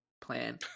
plan